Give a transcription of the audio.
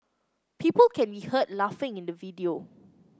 people can be heard laughing in the video